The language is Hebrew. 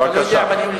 מה, אתה לא יודע, בבקשה.